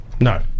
No